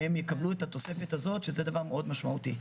הם יקבלו את התוספת הזאת שזה דבר מאוד משמעותי.